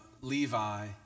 Levi